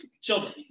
Children